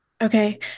Okay